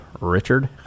Richard